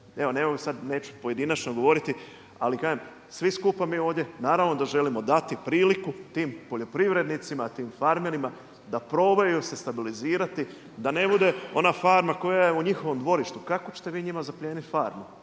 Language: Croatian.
neću sad pojedinačno govoriti, ali kažem svi skupa mi ovdje naravno da želimo dati priliku tim poljoprivrednicima, tim farmerima da probaju se stabilizirati, da ne bude ona farma koja je u njihovom dvorištu. Kako ćete vi njima zaplijeniti farmu?